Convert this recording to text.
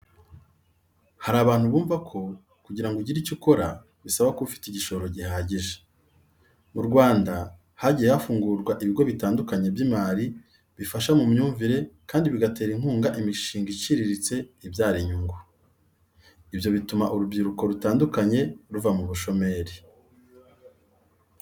Hari abantu bumvako kugira ngo ugire icyo ukora, bisaba kuba ufite igishoro gihagije. Mu Rwanda hagiye hafungurwa ibigo bitandukanye by'imari bifasha mu myumvire kandi bigatera inkunga imishinga iciriritse ibyara inyungu. Ibyo bituma urubyiruko rutandukanye ruva mu bushomeri.